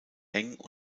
eng